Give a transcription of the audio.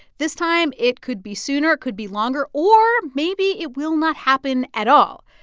this time, it could be sooner. it could be longer. or maybe it will not happen at all.